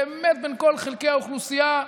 באמת בין כל חלקי האוכלוסייה,